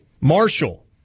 Marshall